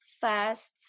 fast